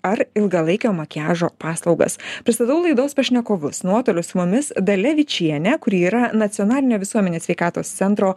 ar ilgalaikio makiažo paslaugas pristatau laidos pašnekovus nuotoliu su mumis dalia vyčienė kuri yra nacionalinio visuomenės sveikatos centro